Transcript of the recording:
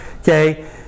Okay